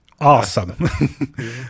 Awesome